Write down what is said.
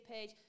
page